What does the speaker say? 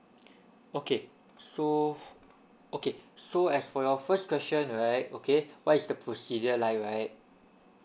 okay so okay so as for your first question right okay what is the procedure like right